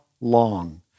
long